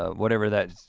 ah whatever that.